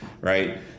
right